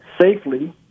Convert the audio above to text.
safely